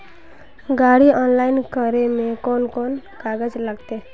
गाड़ी ऑनलाइन करे में कौन कौन कागज लगते?